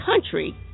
country